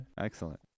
excellent